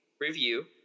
review